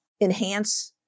enhance